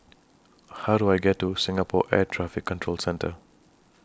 How Do I get to Singapore Air Traffic Control Centre